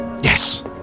Yes